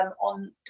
on